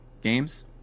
games